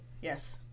yes